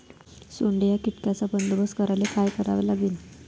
सोंडे या कीटकांचा बंदोबस्त करायले का करावं लागीन?